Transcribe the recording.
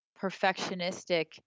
perfectionistic